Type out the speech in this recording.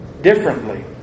differently